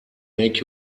make